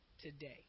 today